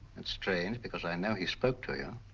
and strange because i know he spoke to you.